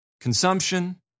consumption